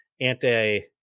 anti